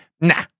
Nah